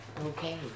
Okay